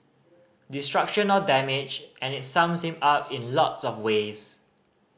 destruction or damage and it sums him up in lots of ways